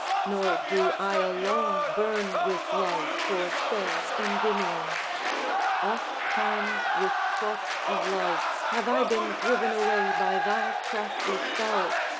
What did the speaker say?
nor do i alone burn with love for fair endymion oft times with thoughts of love have i been driven away by thy crafty spells,